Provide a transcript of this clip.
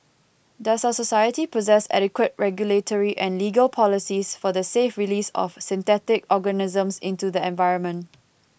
does us society possess adequate regulatory and legal policies for the safe release of synthetic organisms into the environment